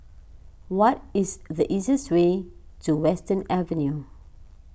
what is the easiest way to Western Avenue